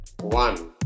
One